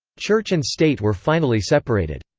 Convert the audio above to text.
church and state were finally separated.